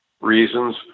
reasons